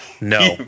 No